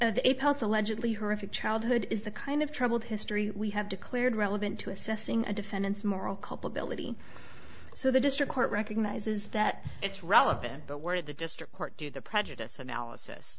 pulse allegedly horrific childhood is the kind of troubled history we have declared relevant to assessing a defendant's moral culpability so the district court recognizes that it's relevant but where the district court do the prejudice analysis